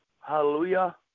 Hallelujah